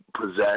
possess